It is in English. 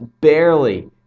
barely